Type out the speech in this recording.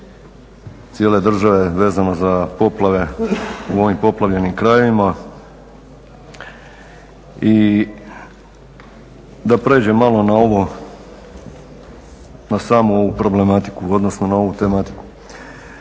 cijele države vezano za poplave u ovim poplavljenim krajevima. I da prijeđem malo na ovo, na samu ovu problematiku, odnosno na ovu tematiku.